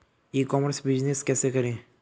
ई commerce business कैसे करें?